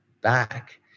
back